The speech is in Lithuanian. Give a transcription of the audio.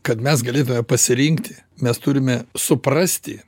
kad mes galėtume pasirinkti mes turime suprasti